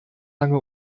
lange